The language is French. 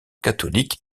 catholique